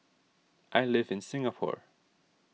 I live in Singapore